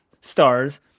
stars